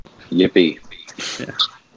Yippee